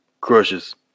crushes